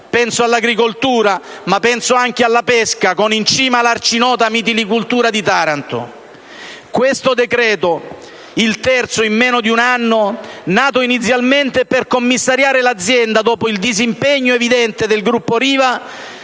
(penso all'agricoltura ma anche alla pesca, con in cima la arcinota mitilicoltura di Taranto). Il decreto-legge in esame, il terzo in meno di un anno, nato inizialmente per commissariare l'azienda dopo il disimpegno evidente del gruppo Riva,